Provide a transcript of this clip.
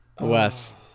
Wes